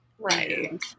Right